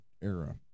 era